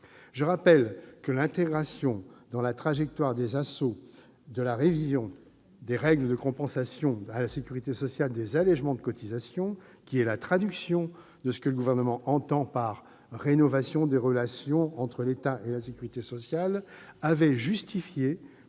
Je rappelle que l'intégration, dans la trajectoire des administrations de sécurité sociale, les ASSO, de la révision des règles de compensation à la sécurité sociale des allégements de cotisations, qui est la traduction de ce que le Gouvernement entend par « rénovation des relations entre l'État et la sécurité sociale », avait justifié,